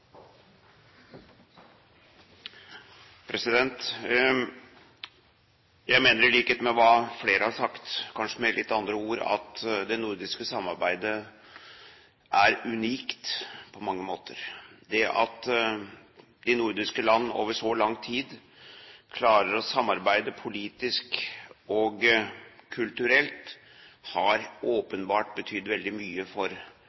Jeg mener – i likhet med hva flere har sagt, kanskje med litt andre ord – at det nordiske samarbeidet er unikt på mange måter. Det at de nordiske land over så lang tid klarer å samarbeide politisk og kulturelt, har åpenbart betydd veldig mye for